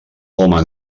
home